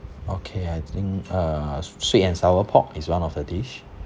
okay I think uh sweet and sour pork is one of the dish